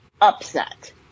upset